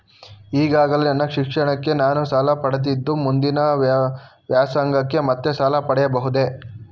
ಈಗಾಗಲೇ ನನ್ನ ಶಿಕ್ಷಣಕ್ಕೆ ನಾನು ಸಾಲ ಪಡೆದಿದ್ದು ಮುಂದಿನ ವ್ಯಾಸಂಗಕ್ಕೆ ಮತ್ತೆ ಸಾಲ ಪಡೆಯಬಹುದೇ?